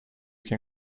kan